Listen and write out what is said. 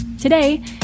Today